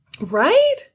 Right